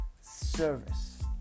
service